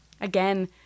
Again